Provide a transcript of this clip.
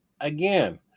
again